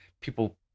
people